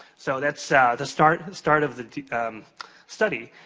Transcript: so, that's the start start of the study.